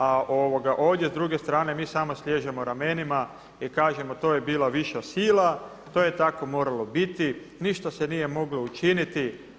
A ovdje s druge strane mi samo sliježemo ramenima i kažemo to je bila viša sila, to je tako moralo biti, ništa se nije moglo učiniti.